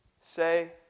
say